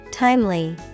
Timely